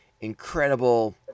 incredible